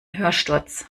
hörsturz